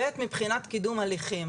מבחינת קידום הליכים,